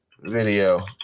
video